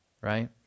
right